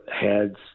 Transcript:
heads